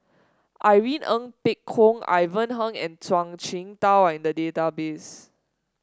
Irene Ng Phek Hoong Ivan Heng and Zhuang Shengtao are in the database